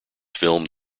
filmed